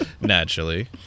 Naturally